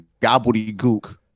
gobbledygook